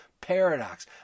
paradox